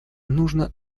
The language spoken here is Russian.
нужно